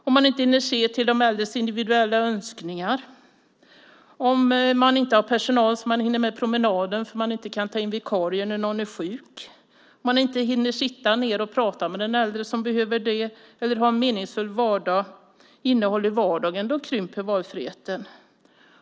Om man inte hinner se till de äldres individuella önskningar, om man inte har personal så att man hinner med promenader därför att man inte kan ta in vikarier när någon är sjuk, om man inte hinner sitta ned och prata med den äldre som behöver det eller ha ett meningsfullt innehåll i vardagen krymper valfriheten.